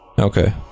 Okay